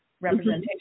representation